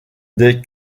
des